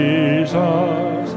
Jesus